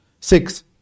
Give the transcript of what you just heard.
Six